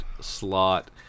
slot